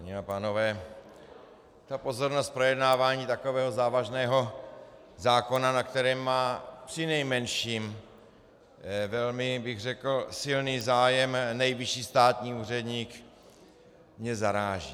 Dámy a pánové, ta pozornost projednávání takového závažného zákona, na kterém má přinejmenším velmi bych řekl silný zájem nejvyšší státní úředník, mě zaráží.